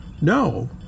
No